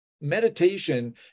meditation